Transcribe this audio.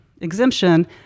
exemption